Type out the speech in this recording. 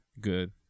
Good